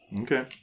Okay